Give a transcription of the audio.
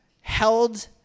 held